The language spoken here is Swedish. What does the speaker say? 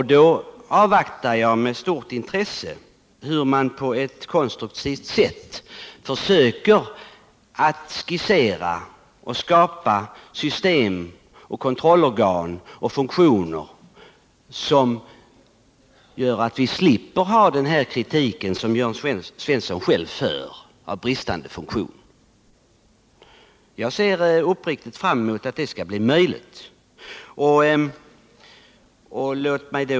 Jag avvaktar med stort intresse hur man på ett konstruktivt sätt försöker skissera och skapa system, kontrollorgan och funktioner, som gör att vi slipper den kritik som Jörn Svensson framför. Jag ser uppriktigt fram emot att så skall bli möjligt.